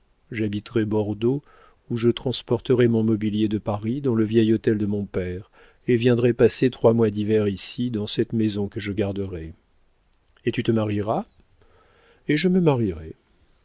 j'habiterai bordeaux où je transporterai mon mobilier de paris dans le vieil hôtel de mon père et viendrai passer trois mois d'hiver ici dans cette maison que je garderai et tu te marieras et je me marierai